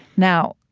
now,